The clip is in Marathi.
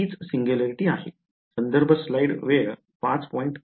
तीच सिंग्युलॅरिटी आहे